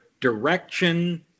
direction